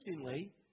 Interestingly